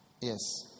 Yes